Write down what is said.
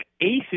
aces